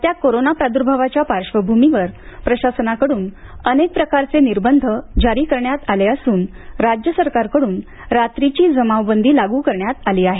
वाढत्या कोरोना प्रादूर्भावाच्या पार्श्वभूमीवर प्रशासनाकडून अनेक प्रकारचे निर्बध जारी करण्यात आले असून राज्य सरकारकडून रात्रीची जमावबंदी लागू करण्यात आली आहे